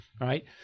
Right